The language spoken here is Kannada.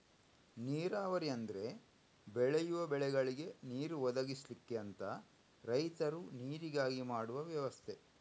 ನೀರಾವರಿ ಅಂದ್ರೆ ಬೆಳೆಯುವ ಬೆಳೆಗಳಿಗೆ ನೀರು ಒದಗಿಸ್ಲಿಕ್ಕೆ ಅಂತ ರೈತರು ನೀರಿಗಾಗಿ ಮಾಡುವ ವ್ಯವಸ್ಥೆ